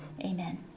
Amen